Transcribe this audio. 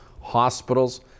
hospitals